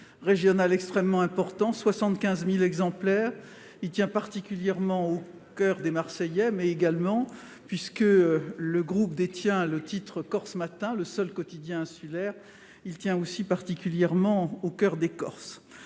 régional extrêmement important, 75000 exemplaires il tient particulièrement au coeur des Marseillais, mais également puisque le groupe détient le titre Corse-Matin, le seul quotidien insulaire, il tient aussi particulièrement au coeur des Corses